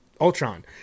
Ultron